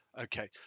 Okay